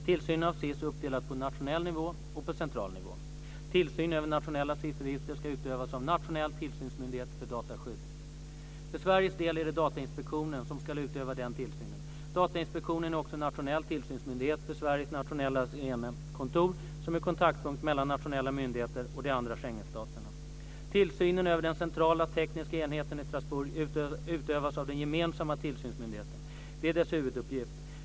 Tillsynen av SIS är uppdelad på nationell nivå och central nivå. Tillsyn över nationella SIS-register ska utövas av nationell tillsynsmyndighet för dataskydd. För Sveriges del är det Datainspektionen som ska utöva den tillsynen. Datainspektionen är också nationell tillsynsmyndighet för Sveriges nationella Sirenekontor, som är kontaktpunkt mellan nationella myndigheter och de andra Schengenstaterna. Strasbourg utövas av den gemensamma tillsynsmyndigheten. Det är dess huvuduppgift.